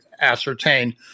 ascertain